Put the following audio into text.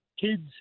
Kids